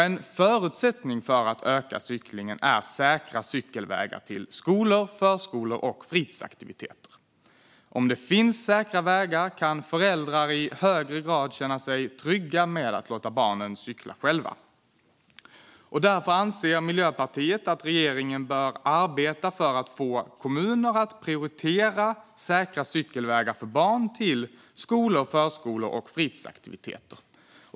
En förutsättning för att öka cyklingen är säkra cykelvägar till skolor, förskolor och fritidsaktiviteter. Om det finns säkra vägar kan föräldrar i högre grad känna sig trygga med att låta barnen cykla själva. Därför anser Miljöpartiet att regeringen bör arbeta för att få kommuner att prioritera säkra cykelvägar för barn till skolor, förskolor och fritidsaktiviteter.